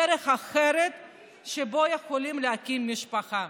דרך אחרת שבה הם יכולים להקים משפחה.